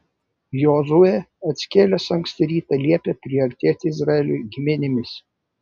jozuė atsikėlęs anksti rytą liepė priartėti izraeliui giminėmis